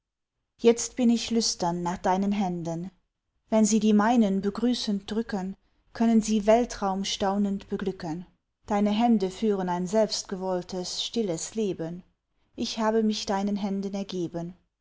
jetzt bin ich lüstern nach deinen händen wenn sie die meinen begrüßend drücken können sie weltraum staunend beglücken deine hände führen ein selbstgewolltes stilles leben ich habe mich deinen händen ergeben